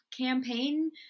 campaign